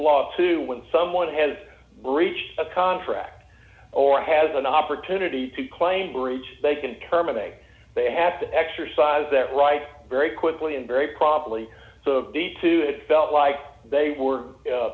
law to when someone has breached a contract or has an opportunity to claim breach they can terminate they have to exercise that right very quickly and very probably be too it felt like they were